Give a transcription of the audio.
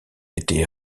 été